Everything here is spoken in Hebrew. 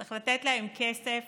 צריך לתת להם כסף